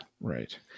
right